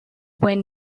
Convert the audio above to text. when